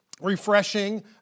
refreshing